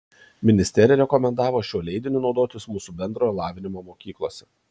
ministerija rekomendavo šiuo leidiniu naudotis mūsų bendrojo lavinimo mokyklose